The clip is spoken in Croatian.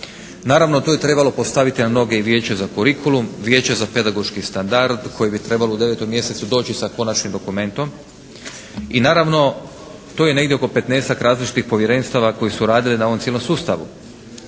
Naravno tu je trebalo postaviti na noge i Vijeće za curriculum, Vijeće za pedagoški standard koje bi trebalo u devetom mjesecu doći sa konačnim dokumentom. I naravno tu je negdje oko 15-tak različitih povjerenstava koje su radile na ovom cijelom sustavu.